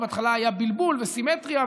ובהתחלה היה בלבול וסימטריה,